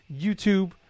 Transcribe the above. YouTube